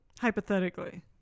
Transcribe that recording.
Hypothetically